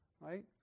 right